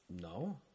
No